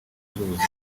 z’ubuzima